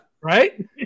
Right